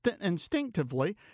instinctively